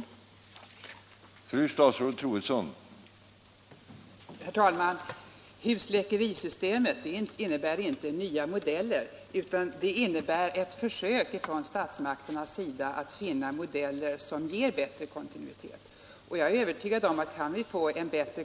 att tillgodose läkarbehovet